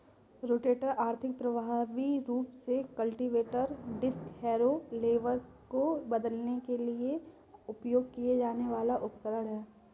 rotator आर्थिक, प्रभावी रूप से कल्टीवेटर, डिस्क हैरो, लेवलर को बदलने के लिए उपयोग किया जाने वाला उपकरण है